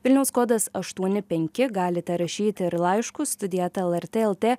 vilniaus kodas aštuoni penki galite rašyti ir laiškus studija eta lrt lt